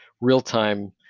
real-time